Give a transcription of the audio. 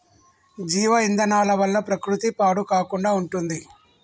జీవ ఇంధనాల వల్ల ప్రకృతి పాడు కాకుండా ఉంటుంది